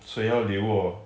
谁要留 orh